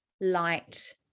light